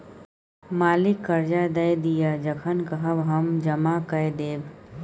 मालिक करजा दए दिअ जखन कहब हम जमा कए देब